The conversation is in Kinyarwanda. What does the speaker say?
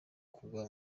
kugwa